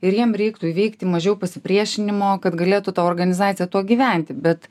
ir jiem reiktų įveikti mažiau pasipriešinimo kad galėtų tą organizaciją tuo gyventi bet